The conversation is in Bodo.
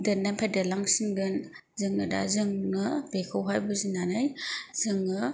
देरनायनिफ्राय देरलांसिनगोन जोङो दा जोंनो बेखौहाय बुजिनानै जोङो